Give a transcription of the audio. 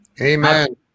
Amen